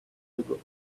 ago